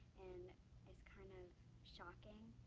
and it's kind of shocking.